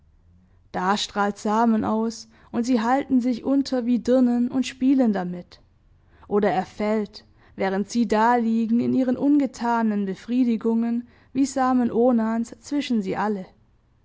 da strahlt samen aus und sie halten sich unter wie dirnen und spielen damit oder er fällt während sie daliegen in ihren ungetanen befriedigungen wie samen onans zwischen sie alle